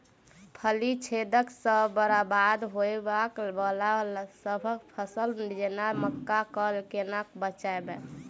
फली छेदक सँ बरबाद होबय वलासभ फसल जेना मक्का कऽ केना बचयब?